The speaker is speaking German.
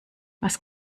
was